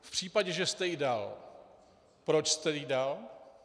V případě, že jste ji dal, proč jste ji dal.